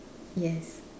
yes